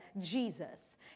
Jesus